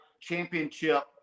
championship